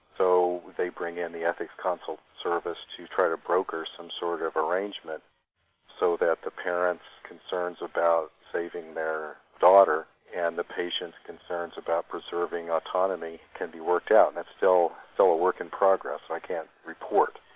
so they bring in the ethics consult service to try to broker some sort of arrangement so that the parents' concerns about saving their daughter and the patient's concerns about preserving autonomy can be worked out. that's still still a work in progress, i can't report.